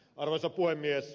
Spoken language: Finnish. arvoisa puhemies